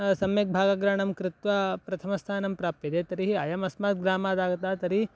सम्यक् भागग्रहणं कृत्वा प्रथमस्थानं प्राप्यते तर्हि अयमस्मात् ग्रामादागतः तर्हि